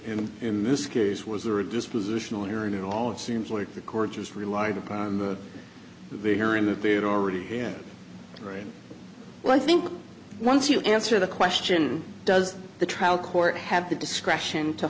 but in this case was there a dispositional hearing in all it seems like the court just relied upon the hearing that they had already very well i think once you answer the question does the trial court have the discretion to